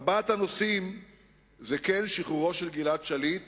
ארבעת הנושאים הם: כן, שחרורו של גלעד שליט